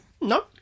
no